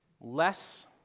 less